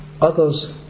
others